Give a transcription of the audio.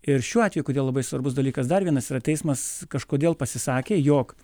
ir šiuo atveju kodėl labai svarbus dalykas dar vienas yra teismas kažkodėl pasisakė jog